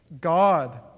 God